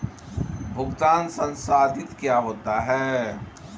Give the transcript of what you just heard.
भुगतान संसाधित क्या होता है?